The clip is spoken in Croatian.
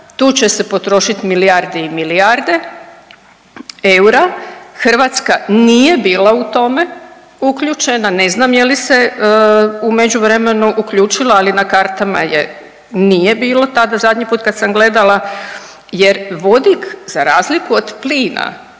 Tu će se potrošiti milijarde i milijarde eura, Hrvatska nije bila u tome uključena, ne znam jeli se u međuvremenu uključila, ali na kartama je nije bilo tada zadnji put kad sam gledala jer vodik za razliku od plina